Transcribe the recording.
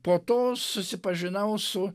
po to susipažinau su